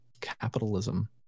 Capitalism